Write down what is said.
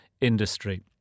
industry